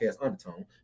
undertone